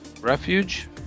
Refuge